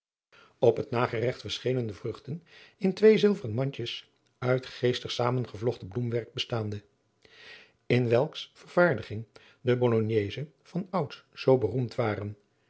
op het nageregt verschenen de vruchten in twee zilveren mandjes uit geestig zamengevlochten bloemwerk bestaande in welks vervaardiging de bolognezen van ouds zoo beroemd waren